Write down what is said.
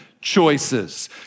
choices